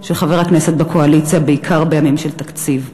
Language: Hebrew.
של חבר הכנסת בקואליציה, בעיקר בימים של תקציב.